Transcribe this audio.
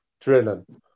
drilling